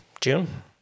June